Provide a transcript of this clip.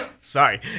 sorry